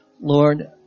Lord